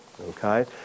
Okay